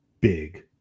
big